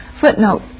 Footnote